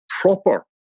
proper